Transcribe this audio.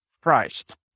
Christ